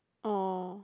oh